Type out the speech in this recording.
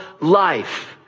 life